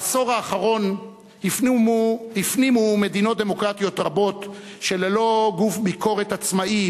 בעשור האחרון הפנימו מדינות דמוקרטיות רבות שללא גוף ביקורת עצמאי,